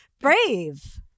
Brave